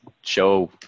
show